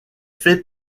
fait